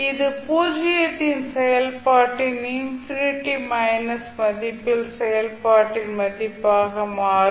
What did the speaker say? இது பூஜ்ஜியத்தில் செயல்பாட்டின் இன்ஃபினிட்டி மைனஸ் மதிப்பில் செயல்பாட்டின் மதிப்பாக மாறும்